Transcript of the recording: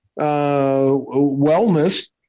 wellness